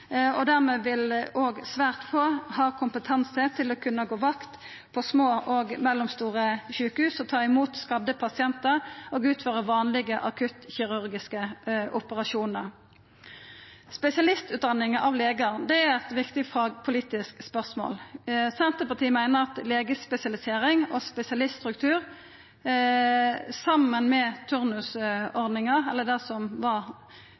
og dermed vil òg svært få ha kompetanse til å kunna gå vakt på små og mellomstore sjukehus og ta imot skadde pasientar og utføra vanlege akuttkirurgiske operasjonar. Spesialistutdanninga av legar er eit viktig fagpolitisk spørsmål. Senterpartiet meiner at legespesialisering og spesialiststruktur saman med turnusordninga, eller det som